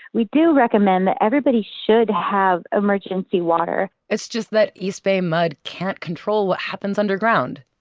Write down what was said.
we do recommend that everybody should have emergency water it's just that east bay mud can't control what happens underground.